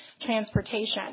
transportation